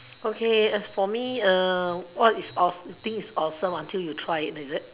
okay as for me err what is awe~ think is awesome until you try it is it